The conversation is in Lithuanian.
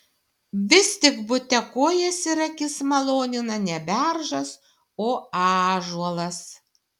vis tik bute kojas ir akis malonina ne beržas o ąžuolas